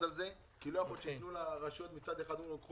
על זה כי לא יכול להיות שיתנו לרשויות מצד אחד מתנה,